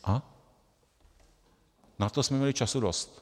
A na to jsme měli času dost.